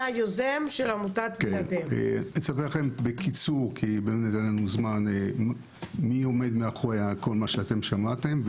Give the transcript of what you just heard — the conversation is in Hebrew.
אספר בקיצור מי עומד מאחורי מה ששמעתם.